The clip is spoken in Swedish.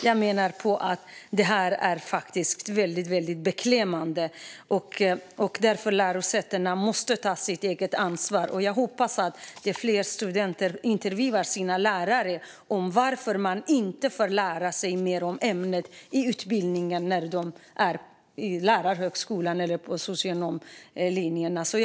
Jag menar att detta är väldigt beklämmande, och därför måste lärosätena ta sitt ansvar. Jag hoppas att fler studenter intervjuar sina lärare om varför man inte får lära sig mer om ämnet i utbildningen på lärarhögskolan eller socionomprogrammet.